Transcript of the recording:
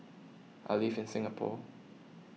I live in Singapore